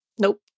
Nope